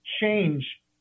change